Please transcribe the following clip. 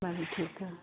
ਮੈਂ ਵੀ ਠੀਕ ਆ